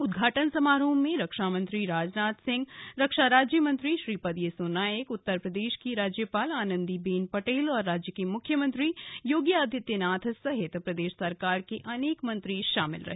उद्घाटन समारोह में रक्षा मंत्री राजनाथ सिंह रक्षा राज्यमंत्री श्रीपद येसो नायक उत्तर प्रदेश की राज्यपाल आनन्दी बेन पटेल और राज्य के मुख्यमंत्री योगी आदित्यनाथ सहित प्रदेश सरकार के अनेक मंत्री शामिल रहे